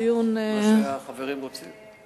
מה שהחברים רוצים.